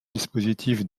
dispositifs